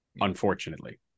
unfortunately